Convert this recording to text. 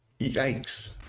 Yikes